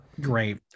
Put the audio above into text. Great